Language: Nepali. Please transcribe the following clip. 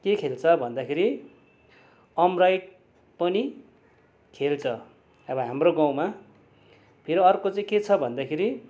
के खेल्छ भन्दाखेरि अमराइट पनि खेल्छ अब हाम्रो गाउँमा फेरि अर्को चाहिँ के छ भन्दाखेरि